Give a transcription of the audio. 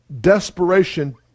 desperation